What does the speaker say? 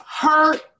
Hurt